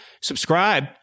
subscribe